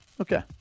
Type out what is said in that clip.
Okay